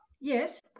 Yes